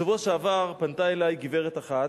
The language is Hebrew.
בשבוע שעבר פנתה אלי גברת אחת,